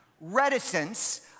Reticence